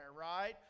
right